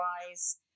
otherwise